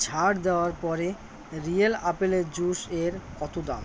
ছাড় দেওয়ার পরে রিয়েল আপেলের জুসের কত দাম